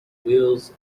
wheels